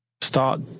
start